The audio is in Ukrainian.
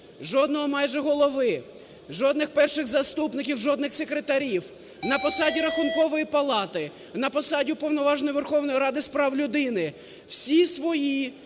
Жодного майже голови, жодних перших заступників, жодних секретарів, на посаді Рахункової палати, на посаді Уповноваженої